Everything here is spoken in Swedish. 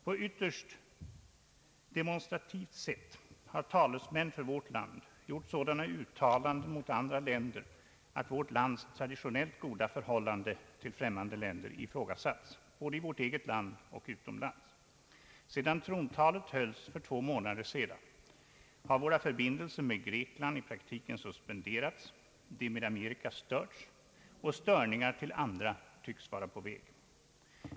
På ytterst demonstrativt sätt har talesmän för vårt land gjort sådana uttalanden mot andra länder att vårt lands traditionellt goda förhållande till främmande makter ifrågasatts både i vårt eget land och utomlands. Sedan trontalet hölls för två månader sedan har våra förbindelser med Grekland i praktiken suspenderats, de med Amerika störts och störningar till andra tycks vara på väg.